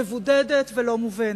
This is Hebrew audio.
מבודדת ולא מובנת.